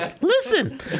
Listen